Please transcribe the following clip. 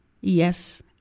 Yes